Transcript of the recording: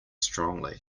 strongly